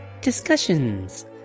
Discussions